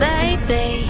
Baby